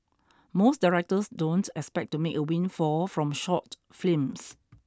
most directors don't expect to make a windfall from short films